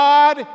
God